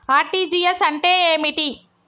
RTGS అంటే ఏమిటి?